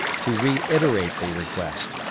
to reiterate the request,